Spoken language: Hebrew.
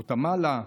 גוואטמלה,